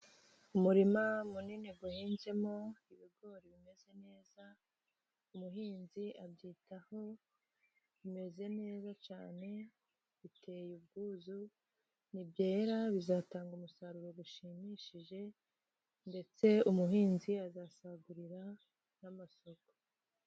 Umurima munini uhinzemo ibigori bimeze neza. Umuhinzi abyitaho bimeze neza cyane, biteye ubwuzu. Nibyera bizatanga umusaruro ushimishije, ndetse umuhinzi azasagurira n'amasoko.